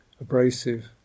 abrasive